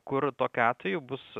kur tokiu atveju bus